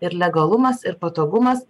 ir legalumas ir patogumas